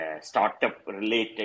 startup-related